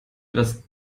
etwas